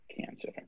cancer